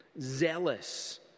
zealous